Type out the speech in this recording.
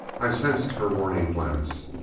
i sensed her warning glance.